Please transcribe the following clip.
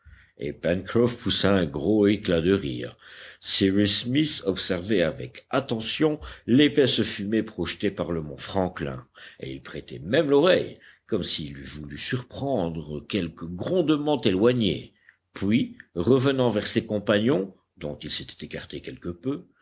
un gros éclat de rire cyrus smith observait avec attention l'épaisse fumée projetée par le mont franklin et il prêtait même l'oreille comme s'il eût voulu surprendre quelque grondement éloigné puis revenant vers ses compagnons dont il s'était écarté quelque peu